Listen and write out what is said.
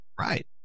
right